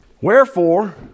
Wherefore